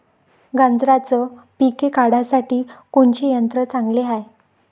गांजराचं पिके काढासाठी कोनचे यंत्र चांगले हाय?